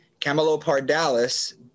Camelopardalis